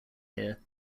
here